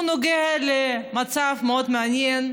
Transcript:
הוא נוגע למצב מאוד מעניין.